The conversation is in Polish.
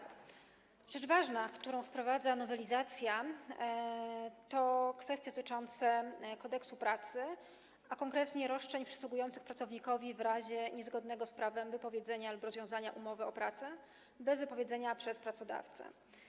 Ważną rzeczą, którą wprowadza nowelizacja, jest kwestia dotycząca Kodeksu pracy, a konkretnie roszczeń przysługujących pracownikowi w razie niezgodnego z prawem wypowiedzenia lub rozwiązania umowy o pracę bez wypowiedzenia przez pracodawcę.